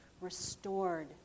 restored